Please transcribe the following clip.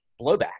blowback